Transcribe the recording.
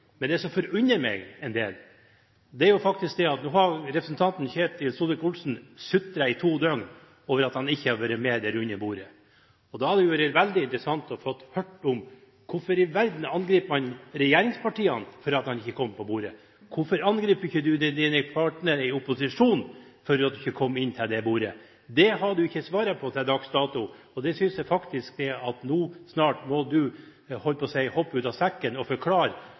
Men det som forundrer meg en del, er at representanten Ketil Solvik-Olsen nå har sutret i to døgn over at han ikke har vært med rundt bordet. Da hadde det vært veldig interessant å få høre om hvorfor han i all verden angriper regjeringspartiene for at han ikke kom med rundt bordet? Hvorfor angriper han ikke sine partnere i opposisjonen for at han ikke kom inntil det bordet? Det har han ikke svart på til dags dato. Og jeg synes faktisk at han nå snart må hoppe ut av sekken – hadde jeg nær sagt – og forklare